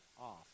off